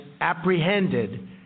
apprehended